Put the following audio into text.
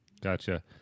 Gotcha